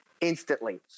instantly